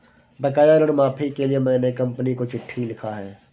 बकाया ऋण माफी के लिए मैने कंपनी को चिट्ठी लिखा है